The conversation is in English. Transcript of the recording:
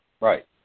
Right